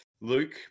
Luke